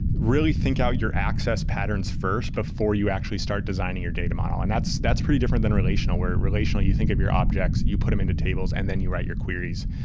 really think out your access patterns first before you actually start designing your data model, and that's that's pretty different than relational, where relational, you think of your objects. you put them into tables and then you write your queries.